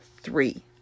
three